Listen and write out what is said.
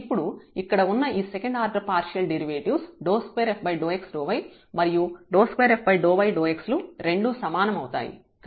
ఇప్పుడు ఇక్కడ ఉన్న ఈ second order partial derivatives 2fxy మరియు 2fyx లు రెండూ సమానం అవుతాయి